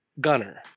gunner